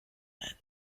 man